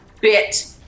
bit